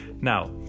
now